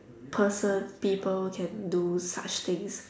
person people can do such things